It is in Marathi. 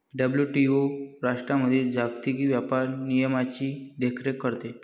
डब्ल्यू.टी.ओ राष्ट्रांमधील जागतिक व्यापार नियमांची देखरेख करते